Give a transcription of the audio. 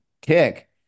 kick